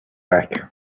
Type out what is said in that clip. back